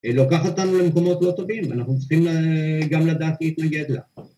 ‫היא לוקחת אותנו למקומות לא טובים ‫ואנחנו צריכים גם לדעת להתנגד לה.